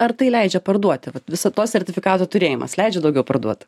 ar tai leidžia parduoti vat viso to sertifikato turėjimas leidžia daugiau parduot